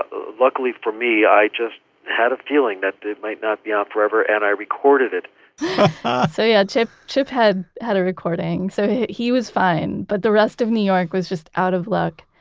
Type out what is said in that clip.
ah luckily for me, i just had a feeling that but it might not be on forever, and i recorded it so yeah, chip chip had had a recording, so he was fine, but the rest of new york was just out of luck,